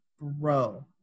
bro